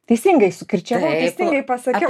teisingai sukirčiavau teisingai pasakiau